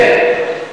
כן,